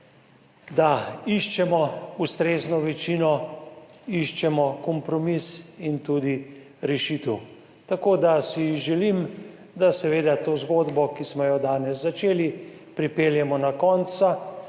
da iščemo ustrezno večino, iščemo kompromis in tudi rešitev. Tako da si želim, da seveda to zgodbo, ki smo jo danes začeli pripeljemo do konca,